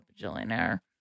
Billionaire